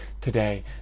today